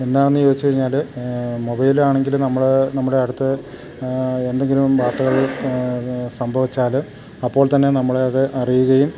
എന്താണെന്ന് ചോദിച്ച് കഴിഞ്ഞാല് മൊബൈലാണെങ്കില് നമ്മള് നമ്മുടെ അടുത്ത് എന്തെങ്കിലും വാർത്തകള് സംഭവിച്ചാല് അപ്പോൾ തന്നെ നമ്മള് അത് അറിയുകയും